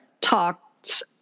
talks